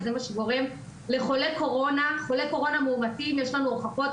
וזה מה שגורם לחולי קורונה מאומתים יש לנו הוכחות,